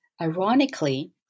ironically